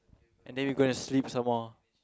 and then we are going to sleep some more